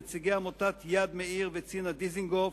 נציגי עמותת "יד מאיר וצינה דיזנגוף"